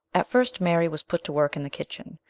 at first mary was put to work in the kitchen,